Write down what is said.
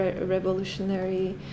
revolutionary